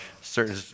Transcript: certain